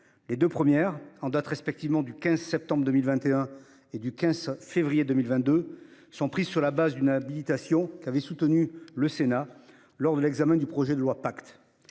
Les deux premières, en date respectivement du 15 septembre 2021 et du 15 février 2022, sont prises sur la base d'une habilitation qu'avait soutenue le Sénat lors de l'adoption de la loi